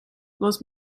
los